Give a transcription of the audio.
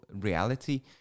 reality